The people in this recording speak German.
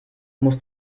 muss